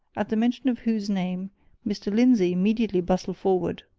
at the mention of whose name mr. lindsey immediately bustled forward.